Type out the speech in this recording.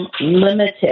limited